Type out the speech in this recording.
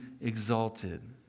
exalted